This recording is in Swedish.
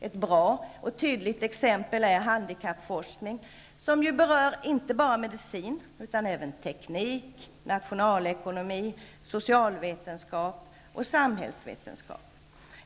Ett bra och tydligt exempel på detta är handikappforskningen, som ju berör inte bara medicin utan även teknik, nationalekonomi, socialvetenskap och samhällsvetenskap.